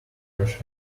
fresh